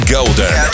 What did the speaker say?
Golden